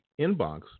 inbox